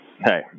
Hey